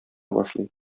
башлый